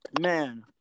man